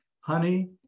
honey